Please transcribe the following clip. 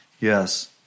Yes